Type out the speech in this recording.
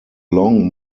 long